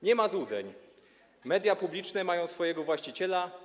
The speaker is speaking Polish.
Nie ma złudzeń, media publiczne mają swojego właściciela.